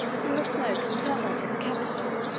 from the smoke and tumult of the capital.